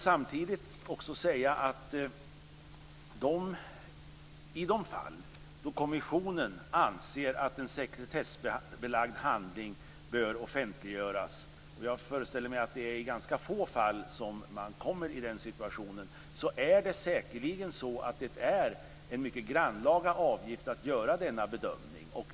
Samtidigt vill jag säga att i de fall där kommissionen anser att en sekretessbelagd handling bör offentliggöras - jag föreställer mig att man kommer i den situationen i ganska få fall - är det säkerligen en mycket grannlaga uppgift att göra den bedömningen.